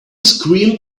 screamed